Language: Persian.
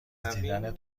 دیدنت